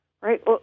right